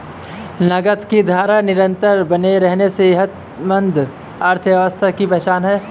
नकद की धारा निरंतर बनी रहना सेहतमंद अर्थव्यवस्था की पहचान है